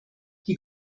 die